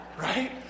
Right